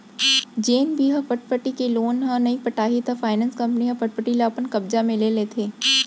जेन भी ह फटफटी के लोन ल नइ पटाही त फायनेंस कंपनी ह फटफटी ल अपन कब्जा म ले लेथे